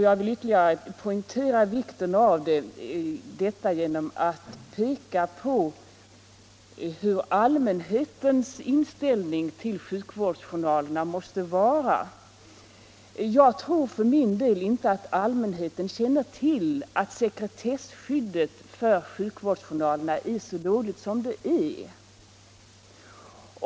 Jag vill ytterligare poängtera vikten av den genom att peka på hurudan allmänhetens inställning till sjukhusjournalerna måste vara. Jag tror för min del att allmänheten inte känner till att sekretesskyddet för sjukhusjournalerna är så dåligt som det är.